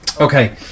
Okay